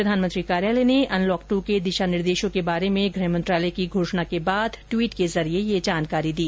प्रधानमंत्री कार्यालय ने अनलॉक टू के दिशा निर्देशों के बारे में गृह मंत्रालय की घोषणा के बाद ट्वीट के जरिये यह जानकारी दी